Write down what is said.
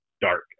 dark